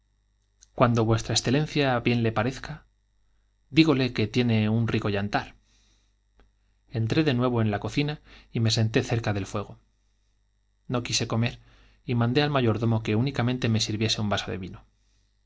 e bien le parezca j dígole que tiene un rico yantar entré de nuevo en la cocina y me senté cerca del fuego no quise comer y mandé al mayordomo que únicamente me sirviese un vaso de vino